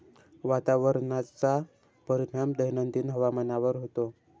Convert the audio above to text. वातावरणाचा परिणाम दैनंदिन हवामानावर होतो